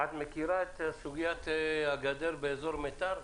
את מכירה את סוגיית הגדר באזור מיתר,